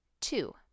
Two